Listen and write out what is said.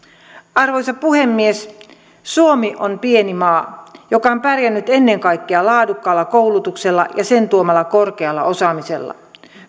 arvoisa puhemies suomi on pieni maa joka on pärjännyt ennen kaikkea laadukkaalla koulutuksella ja sen tuomalla korkealla osaamisella